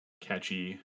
catchy